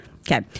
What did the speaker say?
Okay